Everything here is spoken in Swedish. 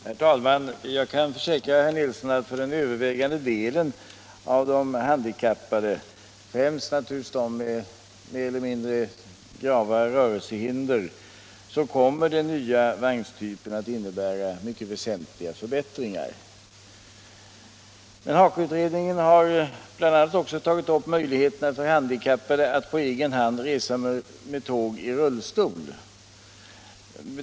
Herr talman! Jag kan försäkra herr Nilsson i Kristianstad att för den övervägande delen av de handikappade, främst naturligtvis de med mer eller mindre grava rörelsehinder, kommer den nya vagnstypen att innebära mycket väsentliga förbättringar. Men HAKO-utredningen har bl.a. också tagit upp möjligheterna för handikappade att på egen hand resa med tåg i rullstol.